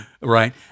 right